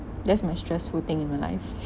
that's my stressful thing in my life